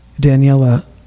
Daniela